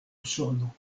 usono